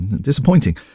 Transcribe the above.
Disappointing